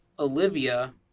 Olivia